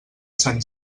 sant